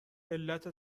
علت